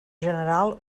general